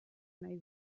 nahi